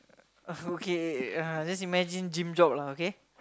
uh okay uh just imagine gym job lah okay